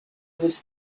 was